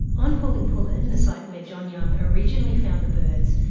on pullen pullen, the site where john young originally found the birds,